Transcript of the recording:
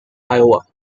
iowa